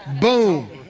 boom